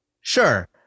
Sure